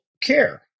care